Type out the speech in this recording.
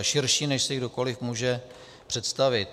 Širší, než si kdokoliv může představit.